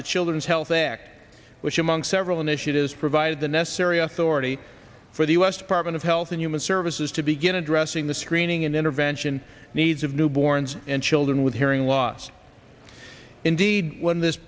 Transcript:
the children's health act which among several initiatives provided the necessary authority for the u s department of health and human services to begin addressing the screening and intervention needs of newborns and children with hearing loss indeed when this